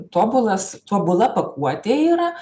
tobulas tobula pakuotė yra